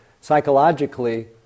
psychologically